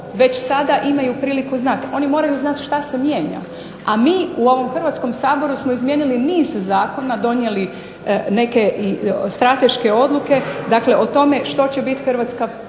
već sada imaju priliku znati, oni moraju znati šta se mijenja, a mi u ovom Hrvatskom saboru smo izmijenili niz zakona, donijeli neke strateške odluke dakle o tome što će biti hrvatska